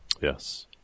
Yes